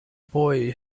boy